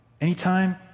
Anytime